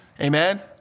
Amen